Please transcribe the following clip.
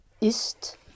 ist